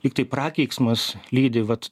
lyg tai prakeiksmas lydi vat